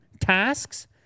tasks